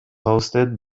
hosted